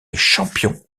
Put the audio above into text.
champion